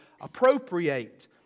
appropriate